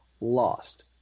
lost